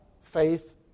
faith